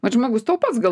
vat žmogus tau pats gal